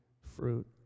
fruit